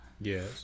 Yes